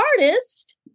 artist